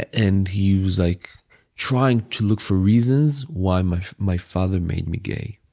and he was like trying to look for reasons why my my father made me gay.